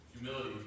humility